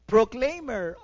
Proclaimer